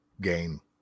game